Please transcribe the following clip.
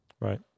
Right